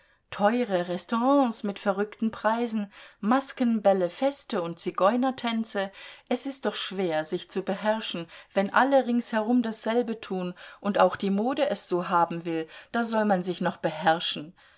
teure restaurants mit verrückten preisen maskenbälle feste und zigeunertänze es ist doch schwer sich zu beherrschen wenn alle ringsherum dasselbe tun und auch die mode es so haben will da soll man sich noch beherrschen